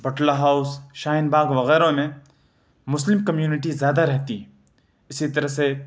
Batla House Shaheen Bagh وغیرہ میں مسلم کمیونٹی زیادہ رہتی ہیں اسی طرح سے